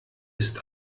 ist